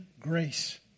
grace